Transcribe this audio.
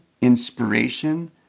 inspiration